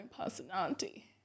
personality